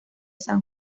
san